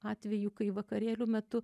atvejų kai vakarėlių metu